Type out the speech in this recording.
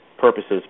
purposes